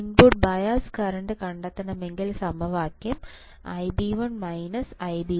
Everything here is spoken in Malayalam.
ഇൻപുട്ട് ഓഫ്സെറ്റ് കറന്റ് കണ്ടെത്തണമെങ്കിൽ സമവാക്യം |Ib1 Ib2|